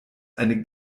eine